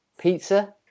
Pizza